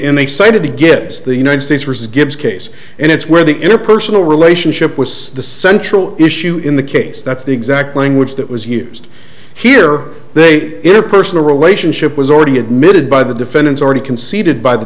they cited the gives the united states was gives case and it's where the interpersonal relationship with the central issue in the case that's the exact language that was used here they say it a personal relationship was already admitted by the defendants already conceded by the